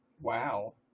Wow